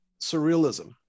surrealism